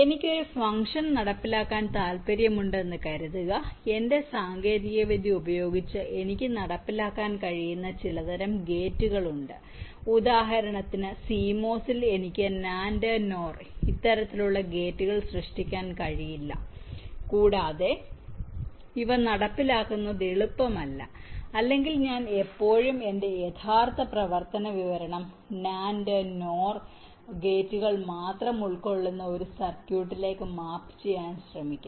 എനിക്ക് ഒരു ഫംഗ്ഷൻ നടപ്പിലാക്കാൻ താൽപ്പര്യമുണ്ടെന്ന് കരുതുക എന്റെ സാങ്കേതികവിദ്യ ഉപയോഗിച്ച് എനിക്ക് നടപ്പിലാക്കാൻ കഴിയുന്ന ചില തരം ഗേറ്റുകൾ ഉണ്ട് ഉദാഹരണത്തിന് CMOS ൽ എനിക്ക് NAND NOR ഇത്തരത്തിലുള്ള ഗേറ്റുകൾ സൃഷ്ടിക്കാൻ കഴിയില്ല കൂടാതെ അല്ലെങ്കിൽ ഇവ നടപ്പിലാക്കുന്നത് എളുപ്പമല്ല അതിനാൽ ഞാൻ എപ്പോഴും എന്റെ യഥാർത്ഥ പ്രവർത്തന വിവരണം NAND NOR ഗേറ്റുകൾ മാത്രം ഉൾക്കൊള്ളുന്ന ഒരു സർക്യൂട്ടിലേക്ക് മാപ്പ് ചെയ്യാൻ ശ്രമിക്കും